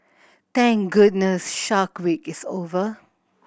thank goodness Shark Week is over